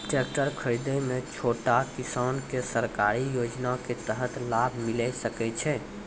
Tractor खरीदै मे छोटो किसान के सरकारी योजना के तहत लाभ मिलै सकै छै?